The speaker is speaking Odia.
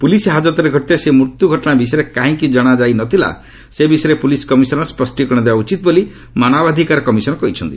ପୁଲିସ୍ ହାଜତ୍ରେ ଘଟିଥିବା ସେହି ମୃତ୍ୟୁ ଘଟଣା ବିଷୟରେ କାହିଁକି ଜଶାଯାଇ ନ ଥିଲା ସେ ବିଷୟରେ ପୁଲିସ୍ କମିଶନର୍ ସ୍ୱଷ୍ଟୀକରଣ ଦେବା ଉଚିତ ବୋଲି ମାନବାଧିକାର କମିଶନ କହିଛନ୍ତି